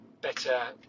better